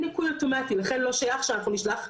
התראה לעובד כזה או אחר.